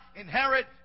inherit